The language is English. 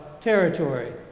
territory